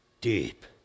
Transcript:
deep